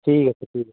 ᱴᱷᱤᱠ ᱟᱪᱷᱮ ᱴᱷᱤᱠ ᱟᱪᱷᱮ